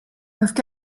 peuvent